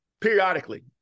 periodically